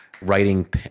writing